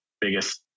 biggest